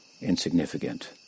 insignificant